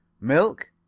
Milk